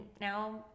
now